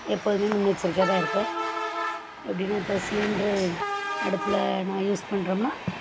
எப்போதும் முன்னெச்சரிக்கையாக தான் இருப்பேன் எப்படின்னா இப்போ சிலிண்ட்ரு அடுப்பில் நான் யூஸ் பண்றோம்னா